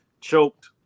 choked